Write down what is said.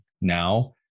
now